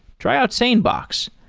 try out sanebox.